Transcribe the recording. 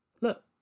look